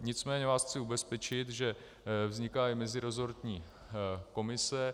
Nicméně vás chci ubezpečit, že vzniká mezirezortní komise.